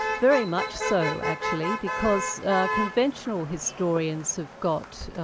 very much so, actually, because conventional historians have got,